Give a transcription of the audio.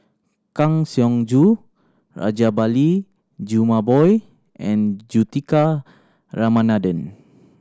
Kang Siong Joo Rajabali Jumabhoy and Juthika Ramanathan